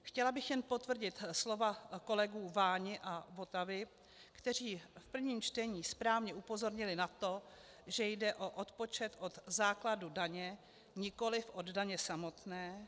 Chtěla bych jen potvrdit slova kolegů Váni a Votavy, kteří v prvním čtení správně upozornili na to, že jde o odpočet od základu daně, nikoli od daně samotné.